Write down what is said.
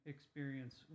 experience